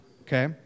okay